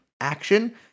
action